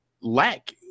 lack